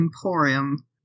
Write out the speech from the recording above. Emporium